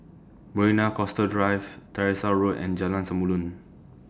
Marina Coastal Drive Tyersall Road and Jalan Samulun